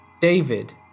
David